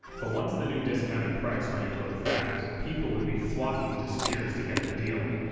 but once the new discounted price went into effect, people would be flocking to speers to get the deal.